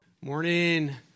Morning